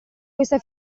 questa